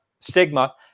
stigma